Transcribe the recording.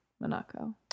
Monaco